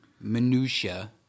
minutiae